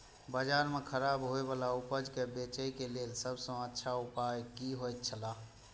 बाजार में खराब होय वाला उपज के बेचे के लेल सब सॉ अच्छा उपाय की होयत छला?